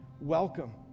welcome